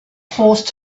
forced